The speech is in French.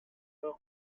ainsi